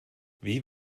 wie